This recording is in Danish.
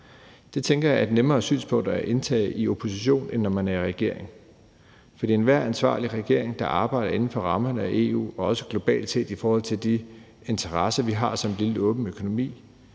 Det tænker jeg er et nemmere synspunkt at indtage i opposition, end når man er i regering, for enhver ansvarlig regering arbejder inden for rammerne af EU – og også globalt set i forhold til de interesser, vi har som en lille, åben økonomi.